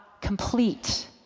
complete